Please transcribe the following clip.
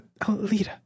Alita